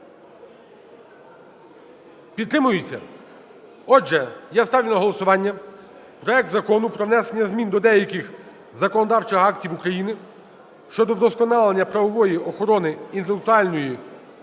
підтримується? Отже, я ставлю на голосування проект Закону про внесення змін до деяких законодавчих актів України щодо вдосконалення правової охорони інтелектуальної